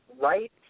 right